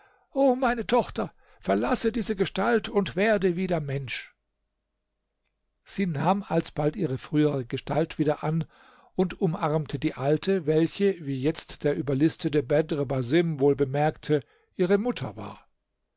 o meine tochter verlasse diese gestalt und werde wieder mensch sie nahm alsbald ihre frühere gestalt wieder an und umarmte die alte welche wie jetzt der überlistete bedr basim wohl merkte ihre mutter war